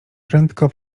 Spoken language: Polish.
prędko